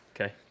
Okay